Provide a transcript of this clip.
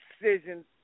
decisions